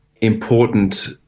important